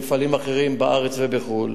למפעלים אחרים בארץ ובחו"ל.